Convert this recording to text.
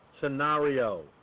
scenario